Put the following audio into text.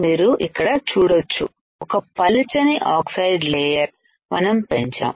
మీరు ఇక్కడ చూడొచ్చు ఒక పలుచని ఆక్సైడ్ లేయర్ మనం పెంచాం